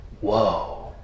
Whoa